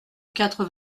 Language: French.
quatre